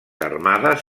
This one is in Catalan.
armades